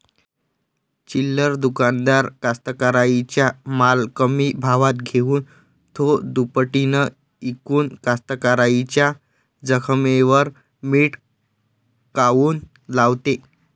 चिल्लर दुकानदार कास्तकाराइच्या माल कमी भावात घेऊन थो दुपटीनं इकून कास्तकाराइच्या जखमेवर मीठ काऊन लावते?